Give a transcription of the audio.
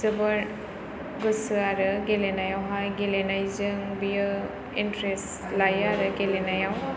जोबोर गोसो आरो गेलेनायावहाय गेलेनायजों बियो इन्ट्रेस लायो आरो गेलेनायाव